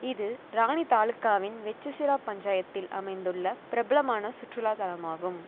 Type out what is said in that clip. இது ராணி தாலுக்காவின் வெச்சிசேரா பஞ்சாயத்தில் அமைந்துள்ள பிரபலமான சுற்றுலாத்தலமாகும்